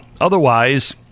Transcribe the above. Otherwise